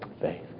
faith